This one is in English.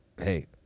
hey